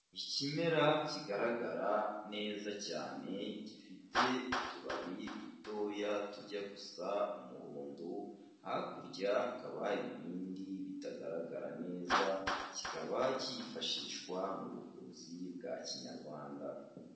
Ikimera kigaragara neza cyane, gifite utubabi dutoya tujya gusa umuhondo, hakurya hakaba hari ibindi bitagaragara neza, kikaba cyifashishwa mu buvuzi bwa Kinyarwanda.